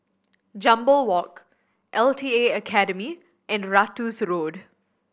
Jambol Walk L T A Academy and Ratus Road